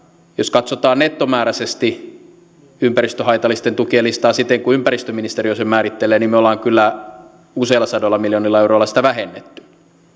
jos katsotaan nettomääräisesti ympäristöhaitallisten tukien listaa siten kuin ympäristöministeriö sen määrittelee niin me olemme kyllä useilla sadoilla miljoonilla euroilla sitä vähentäneet